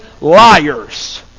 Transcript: liars